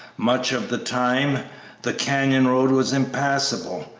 much of the time the canyon road was impassable,